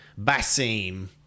Basim